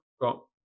got